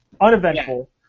uneventful